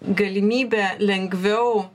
galimybė lengviau